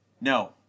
No